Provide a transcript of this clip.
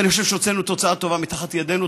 ואני חושב שהוצאנו תוצאה טובה מתחת ידינו.